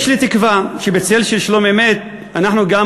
יש לי תקווה שבצד של שלום-אמת אנו גם,